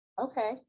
Okay